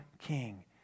king